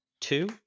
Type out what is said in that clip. two